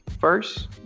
first